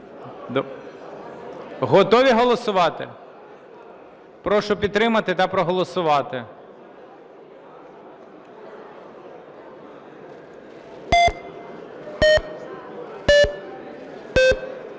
Готові голосувати? Прошу підтримати та проголосувати.